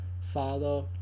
father